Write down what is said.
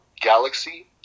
Galaxy